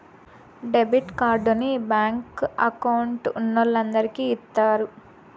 debit కార్డుని bank account ఉన్నోలందరికి ఇత్తారు